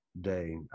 day